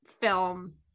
film